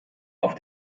auf